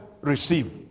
receive